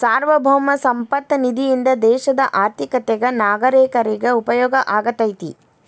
ಸಾರ್ವಭೌಮ ಸಂಪತ್ತ ನಿಧಿಯಿಂದ ದೇಶದ ಆರ್ಥಿಕತೆಗ ನಾಗರೇಕರಿಗ ಉಪಯೋಗ ಆಗತೈತಿ